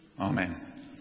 Amen